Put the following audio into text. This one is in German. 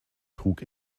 trug